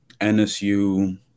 nsu